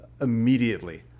immediately